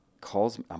calls